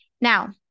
Now